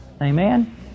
Amen